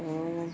ଓ